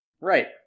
Right